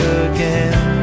again